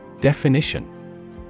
Definition